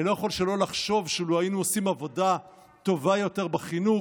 אני לא יכול שלא לחשוב שאילו היינו עושים עבודה טובה יותר בחינוך,